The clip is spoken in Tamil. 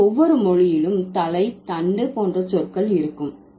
அதாவது ஒவ்வொரு மொழியிலும் தலை தண்டு போன்ற சொற்கள் இருக்கும்